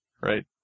right